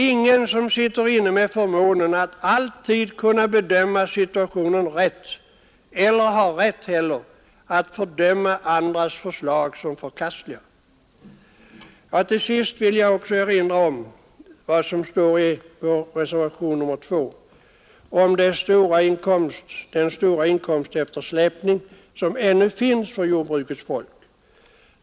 Ingen har förmåga att alltid rätt kunna bedöma den aktuella situationen, och ingen har heller rätt att fördöma andras förslag såsom förkastliga. Till sist vill jag erinra om vad som står i vår reservation 2 om den stora inkomsteftersläpning som jordbrukets folk ännu dras med.